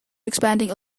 expanding